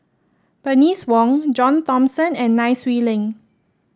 Bernice Wong John Thomson and Nai Swee Leng